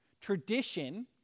Tradition